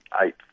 eight